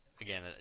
Again